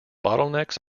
bottlenecks